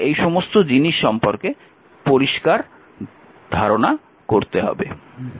আমাদের এই সমস্ত জিনিস সম্পর্কে ধারণা পরিষ্কার করতে হবে